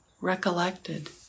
recollected